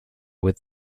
with